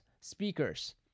speakers